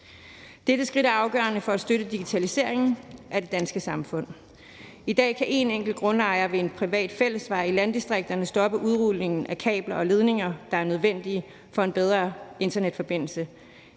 Dette skridt er afgørende for at støtte digitaliseringen af det danske samfund. I dag kan en enkelt grundejer ved en privat fællesvej i landdistrikterne stoppe udrulningen af kabler og ledninger, der er nødvendige for en bedre internetforbindelse,